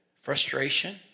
frustration